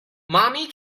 mommy